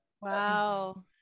Wow